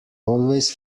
always